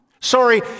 sorry